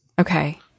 Okay